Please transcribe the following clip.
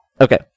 Okay